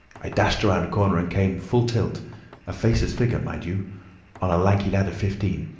i dashed around a corner and came full tilt a faceless figure, mind you on a lanky lad of fifteen.